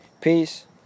Peace